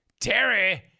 Terry